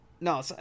no